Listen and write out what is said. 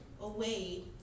away